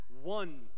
one